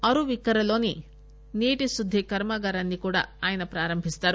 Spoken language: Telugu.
అరువిక్కరలోని నీటిశుద్ది కర్మాగారాన్ని కూడా ఆయన ప్రారంభిస్తారు